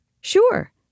Sure